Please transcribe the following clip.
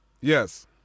Yes